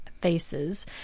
faces